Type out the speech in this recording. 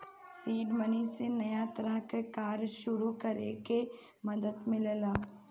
seed money से नया तरह के कार्य सुरू करे में मदद मिलता